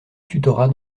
tutorat